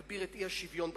מגביר את האי-שוויון בחברה.